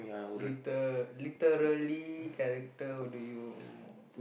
liter~ literary character do you mo~